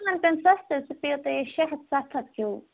تِم پٮ۪نو تۅہہِ سَستٕے سُہ پیٚوٕ تۄہہِ شےٚ ہَتھ سَتھ ہَتھ ہیٛوٗ